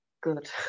good